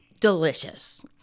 delicious